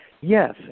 Yes